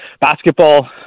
basketball